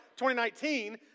2019